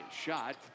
shot